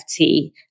FT